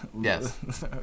Yes